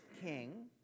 king